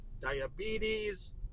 diabetes